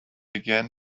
again